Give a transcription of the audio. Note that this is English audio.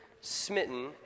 Smitten